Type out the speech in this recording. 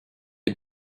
had